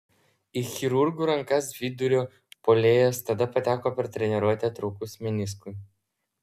į chirurgų rankas vidurio puolėjas tada pateko per treniruotę trūkus meniskui